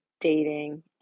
dating